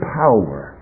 power